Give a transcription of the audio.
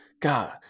God